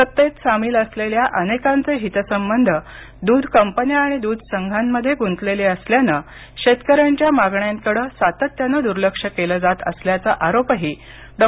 सत्तेत सामील असलेल्या अनेकांचे हितसंबंध दूध कंपन्या आणि दूध संघांमध्ये गुंतलेले असल्यानं शेतकऱ्यांच्या मागण्यांकडे सातत्याने दुर्लक्ष केलं जात असल्याचा आरोपही डॉ